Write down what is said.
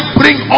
bring